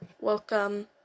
welcome